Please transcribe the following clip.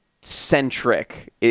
Centric